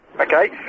Okay